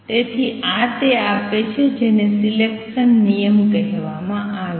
તેથી આ તે આપે છે જેને સિલેકસન નિયમ કહેવામાં આવે છે